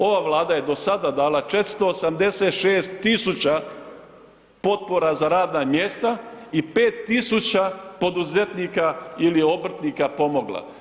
Ova Vlada je do sada dala 486 tisuća potpora za radna mjesta i 5 tisuća poduzetnika ili obrtnika pomogla.